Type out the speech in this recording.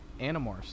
Animorphs